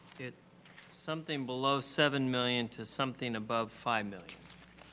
get something below seven million to something above five million.